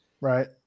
Right